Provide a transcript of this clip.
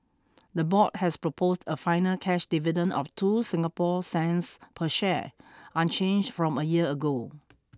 the board has proposed a final cash dividend of two Singapore cents per share unchanged from a year ago